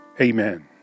amen